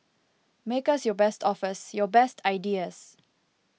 make us your best offers your best ideas